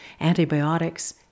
antibiotics